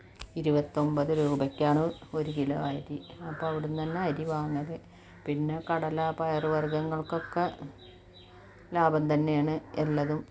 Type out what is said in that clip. ഇരുപത്തൊമ്പത് രൂപക്കാണ് ഒരു കിലോ അരി അപ്പം അവിടുന്ന് തന്നെ അരി വാങ്ങൽ പിന്നെ കടല പയർ വർഗ്ഗങ്ങൾക്കൊക്കെ ലാഭം തന്നെയാണ് എല്ലാതും